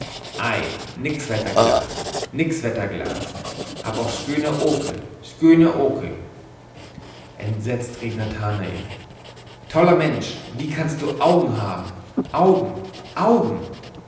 ei nix wetterglas nix wetterglas hab auch sköne oke sköne oke entsetzt rief nathanael toller mensch wie kannst du augen haben augen augen